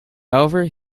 however